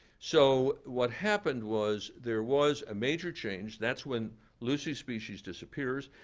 so what happened was there was a major change, that's when lucy's species disappears.